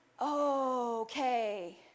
Okay